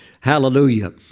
Hallelujah